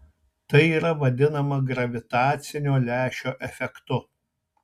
tai yra vadinama gravitacinio lęšio efektu